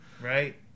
Right